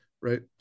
right